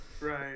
Right